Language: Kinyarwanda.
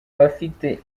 abafite